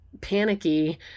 panicky